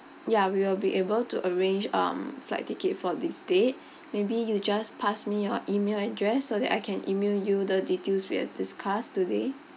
ya we will be able to arrange um flight ticket for this date maybe you just pass me your email address so that I can email you the details we have discussed today